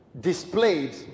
displayed